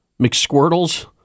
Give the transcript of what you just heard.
McSquirtles